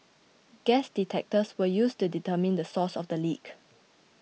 gas detectors were used to determine the source of the leak